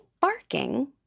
barking